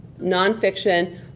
nonfiction